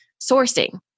sourcing